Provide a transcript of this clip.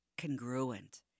congruent